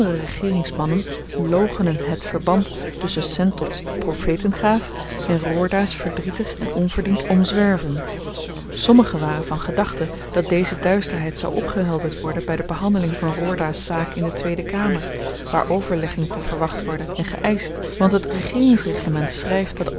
regeeringsmannen loochenen het verband tusschen sentots profetengaaf en roorda's verdrietig en onverdiend omzwerven sommige waren van gedachte dat deze duisterheid zou opgehelderd worden by de behandeling van roorda's zaak in de tweede kamer waar overlegging kon verwacht worden en geëischt want het regeerings reglement schryft dat